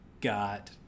got